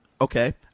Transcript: Okay